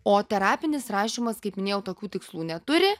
o terapinis rašymas kaip minėjau tokių tikslų neturi